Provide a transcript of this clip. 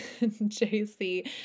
JC